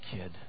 kid